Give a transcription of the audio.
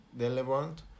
relevant